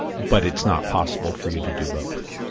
but it's not possible for you to do both.